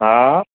हा